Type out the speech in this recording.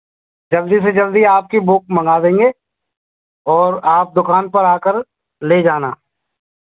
जल्दी से जल्दी आपकी बुक मँगा देंगे और आप दुकान पर आकार ले जाना